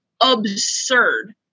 absurd